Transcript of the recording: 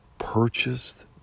purchased